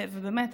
ובאמת,